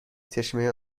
چشمه